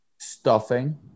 Stuffing